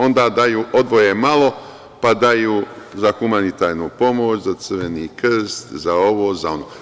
Onda odvoje malo, pa daju za humanitarnu pomoć, za Crveni krst, za ovo, za ono.